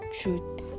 truth